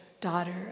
daughter